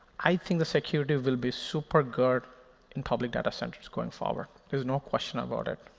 i think the security will be super good in public data centers going forward. there's no question about it.